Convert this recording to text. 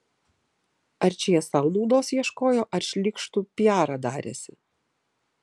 ar čia jie sau naudos ieškojo ar šlykštų piarą darėsi